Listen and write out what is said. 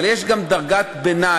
אבל יש גם דרגת ביניים,